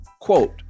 Quote